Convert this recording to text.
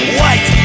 white